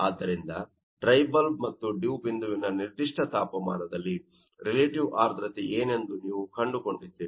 ಆದ್ದರಿಂದ dry bulb ಮತ್ತು dew ಬಿಂದುವಿನ ನಿರ್ದಿಷ್ಟ ತಾಪಮಾನದಲ್ಲಿ ರಿಲೇಟಿವ್ ಆರ್ದ್ರತೆ ಏನೆಂದು ನೀವು ಕಂಡುಕೊಂಡಿದ್ದೀರಿ